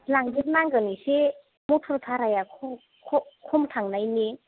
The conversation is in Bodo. लांदेरनांगोन एसे मथर भाराया खम थांनायनि